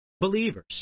believers